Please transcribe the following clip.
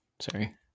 Sorry